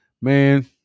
man